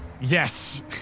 Yes